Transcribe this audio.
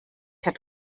hat